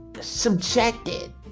subjected